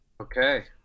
Okay